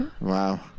wow